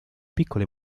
piccole